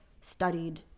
studied